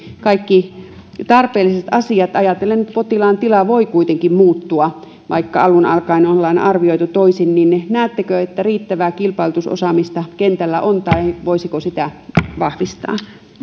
kaikki tarpeelliset asiat sitä ajatellen että potilaan tila voi kuitenkin muuttua vaikka alun alkaen ollaan arvioitu toisin niin niin näettekö että riittävää kilpailutusosaamista kentällä on vai voisiko sitä vahvistaa